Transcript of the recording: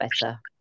better